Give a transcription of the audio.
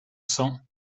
cents